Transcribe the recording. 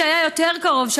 שהיה יותר קרוב,